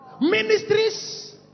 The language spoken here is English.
ministries